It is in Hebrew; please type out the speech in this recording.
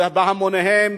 ובהמוניהם,